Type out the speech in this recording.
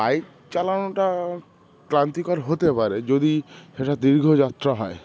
bike চালানোটা ক্লান্তিকর হতে পারে যদি সেটা দীর্ঘ যাত্রা হয়